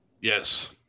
Yes